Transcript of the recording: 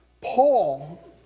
Paul